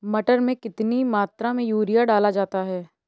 मटर में कितनी मात्रा में यूरिया डाला जाता है?